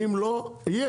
אם לא תורידו,